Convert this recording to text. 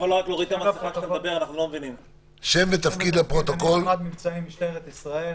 אני --- מבצעים משטרת ישראל.